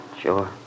sure